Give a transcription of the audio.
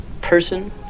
person